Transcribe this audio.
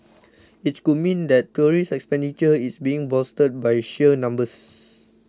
it could mean that tourist expenditure is being bolstered by sheer numbers